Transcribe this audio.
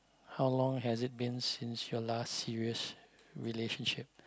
how long has it been since your last serious relationship